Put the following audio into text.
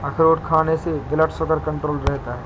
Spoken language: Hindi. अखरोट खाने से ब्लड शुगर कण्ट्रोल रहता है